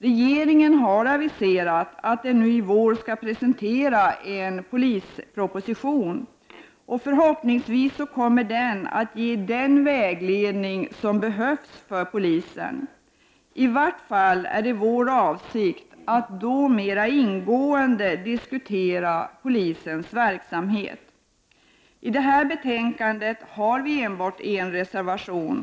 Regeringen har aviserat att den nu i vår skall presentera en polisproposition. Förhoppningsvis kommer propositionen att ge den vägledning som nu behövs för polisen. I varje fall är det vår avsikt att då mera ingående diskutera polisens verksamhet. Till detta betänkande har vi enbart en reservation.